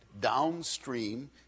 downstream